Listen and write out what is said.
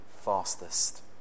fastest